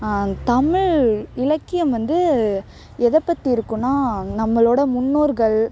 தமிழ் இலக்கியம் வந்து எதை பற்றி இருக்கும்னால் நம்மளோட முன்னோர்கள்